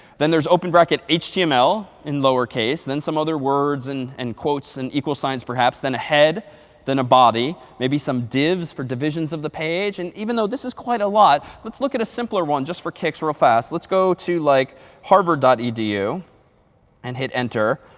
then there's open bracket html in lower case, then some other words and and quotes and equals signs perhaps. then a head, then a body. maybe some divs for divisions of the page. and even though this is quite a lot, let's look at a simpler one just for kicks real fast. let's go to like harvard dot edu and hit enter.